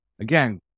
Again